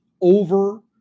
over